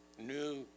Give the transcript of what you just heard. new